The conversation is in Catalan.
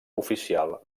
oficial